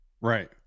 Right